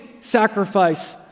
sacrifice